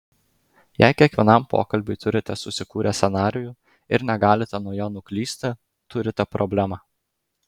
jei kiekvienam pokalbiui turite susikūrę scenarijų ir negalite nuo jo nuklysti turite problemą